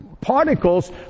particles